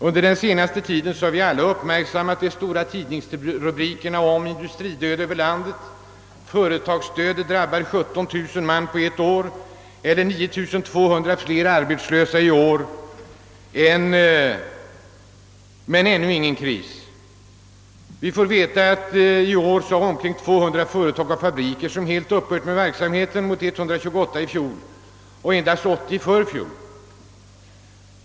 Under den senaste tiden har vi alla kunnat läsa stora tidningsrubriker så som »Industridöd över landet» — »Företagsdöd drabbar 17000 man på ett år» — »9 200 fler arbetslösa i år men ännu ingen kris». Vi har fått veta att omkring 200 företag och fabriker i år helt upphört med sin verksamhet, medan motsvarande siffra var 128 i fjol och endast 80 i förfjol.